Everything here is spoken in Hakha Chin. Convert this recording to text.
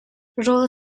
rawl